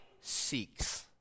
seeks